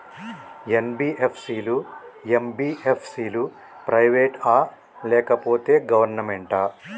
NBFC లు, MBFC లు private ఆ లేకపోతే గవర్నమెంటా?